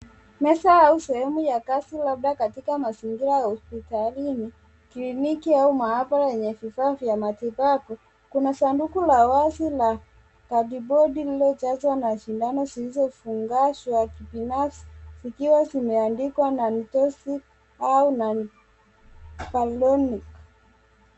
Meza au sehemu ya kazi labda katika mazingira ya hospitalini, kliniki au maaabara yenye vifaa vya matibabu kuna sanduku la wazi na kadibodi lililojazwa na sindano zilizofungashwa binafsi zikiwa zimeandikwa non toxic au non palonic .